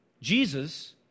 Jesus